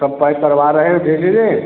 सब पैक करवा रहे हैं धीरे धीरे